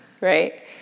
Right